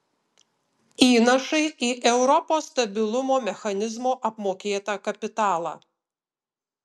įnašai į europos stabilumo mechanizmo apmokėtą kapitalą